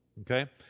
Okay